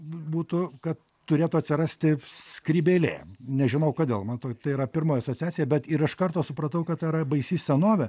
b būtų kad turėtų atsirasti skrybėlė nežinau kodėl man tau tai yra pirma asociacija bet ir iš karto supratau kad tai yra baisi senovė